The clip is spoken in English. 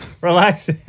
Relax